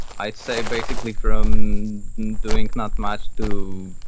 i'd say basically from doing not much to